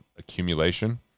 accumulation